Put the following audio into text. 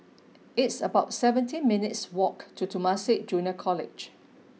it's about seventeen minutes' walk to Temasek Junior College